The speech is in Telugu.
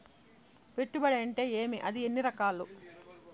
పెట్టుబడి అంటే ఏమి అది ఎన్ని రకాలు